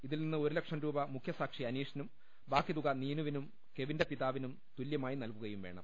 ഇതിൽ നിന്ന് ഒരു ലക്ഷം രൂപ മുഖ്യസാക്ഷി അനീഷിനും ബാക്കി തുക നീനുവിനും കെവിന്റെ പിതാവിനും തുല്യമായി നൽകുകയും വേണം